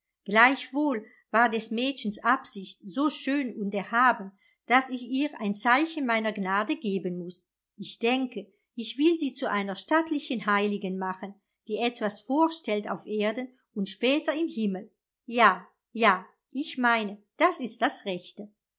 gleichwohl war des mädchens absicht so schön und erhaben daß ich ihr ein zeichen meiner gnade geben muß ich denke ich will sie zu einer stattlichen heiligen machen die etwas vorstellt auf erden und später im himmel ja ja ich meine das ist das rechte